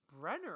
Brenner